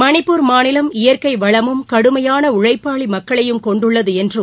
மணிப்பூர் மாநிலம் இயற்கை வளமும் கடுமையான உழைப்பாளி மக்களையும் கொணடுள்ளது என்றும்